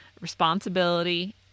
responsibility